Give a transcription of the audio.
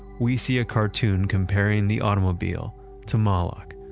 we see a cartoon comparing the automobile to moloch,